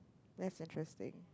that's interesting